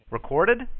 Recorded